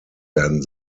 werden